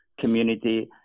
community